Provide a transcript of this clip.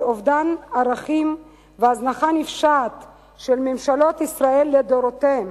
אובדן ערכים והזנחה נפשעת של ממשלות ישראל לדורותיהן,